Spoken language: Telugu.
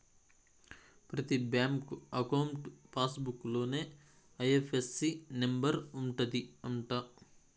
ప్రతి బ్యాంక్ అకౌంట్ పాస్ బుక్ లోనే ఐ.ఎఫ్.ఎస్.సి నెంబర్ ఉంటది అంట